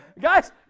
Guys